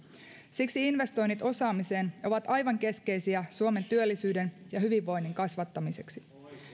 siksi investoinnit osaamiseen ovat aivan keskeisiä suomen työllisyyden ja hyvinvoinnin kasvattamiseksi